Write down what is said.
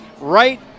right